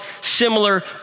similar